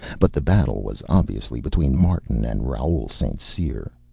but the battle was obviously between martin and raoul st. cyr.